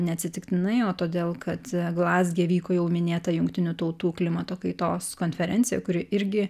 ne atsitiktinai o todėl kad glazge vyko jau minėta jungtinių tautų klimato kaitos konferencija kuri irgi